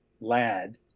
lad